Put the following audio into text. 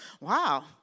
wow